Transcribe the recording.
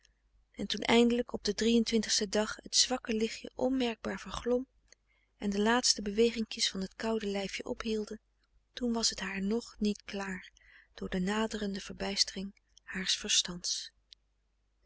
en toen eindelijk op den drie en twintigsten dag het zwakke lichtje onmerkbaar verglom en de laatste beweginkjes van het koude lijfje ophielden toen was t haar nog niet klaar door de naderende verbijstering haars verstands